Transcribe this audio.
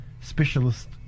Specialist